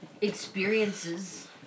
experiences